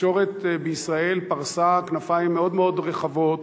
התקשורת בישראל פרסה כנפיים מאוד מאוד רחבות,